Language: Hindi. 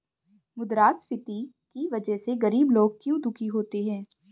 मुद्रास्फीति की वजह से गरीब लोग क्यों दुखी होते हैं?